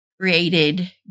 created